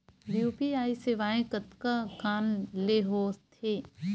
UPI सेवाएं कतका कान ले हो थे?